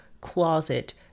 closet